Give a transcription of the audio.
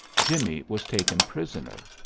jimmie was taken prisoner,